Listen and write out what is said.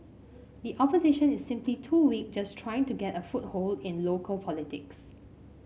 the Opposition is simply too weak just trying to get a foothold in local politics